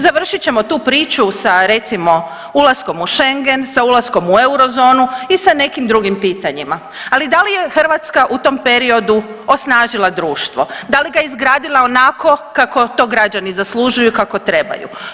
Završit ćemo tu priču sa recimo ulaskom u Schengen, sa ulaskom u eurozonu i sa nekim drugim pitanjima, ali da li je Hrvatska u tom periodu osnažila društvo, da li ga je izgradila onako kako to građani zaslužuju, kako trebaju.